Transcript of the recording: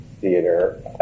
theater